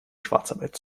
schwarzarbeit